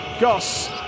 Goss